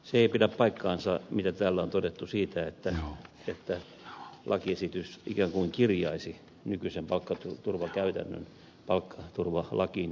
se ei pidä paikkaansa mitä täällä on todettu siitä että lakiesitys ikään kuin kirjaisi nykyisen palkkaturvakäytännön palkkaturvalakiin ja merimiesten palkkaturvalakiin